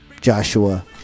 joshua